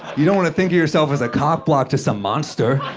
you don't want to think of yourself as a block to some monster.